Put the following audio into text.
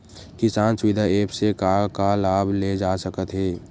किसान सुविधा एप्प से का का लाभ ले जा सकत हे?